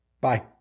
Bye